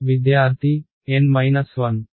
విద్యార్థి N 1